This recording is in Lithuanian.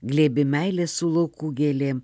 glėbį meilės su laukų gėlėm